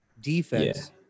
defense